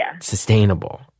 sustainable